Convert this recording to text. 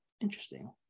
Interesting